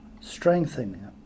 strengthening